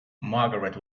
margaret